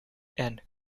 and